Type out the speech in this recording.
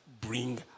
bring